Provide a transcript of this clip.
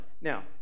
Now